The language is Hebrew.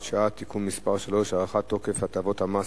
שעה) (תיקון מס' 3) (הארכת תוקף הטבות מס),